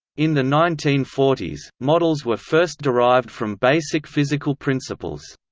in the nineteen forty s, models were first derived from basic physical principles.